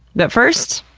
but first,